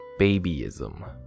Babyism